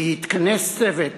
כי התכנס צוות